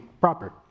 proper